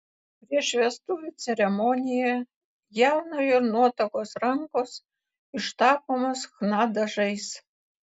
prieš vestuvių ceremoniją jaunojo ir nuotakos rankos ištapomos chna dažais